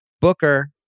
Booker